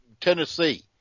tennessee